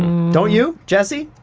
mmm. don't you jesse?